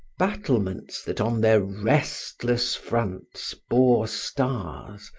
battlements that on their restless fronts bore stars,